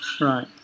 Right